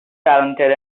talented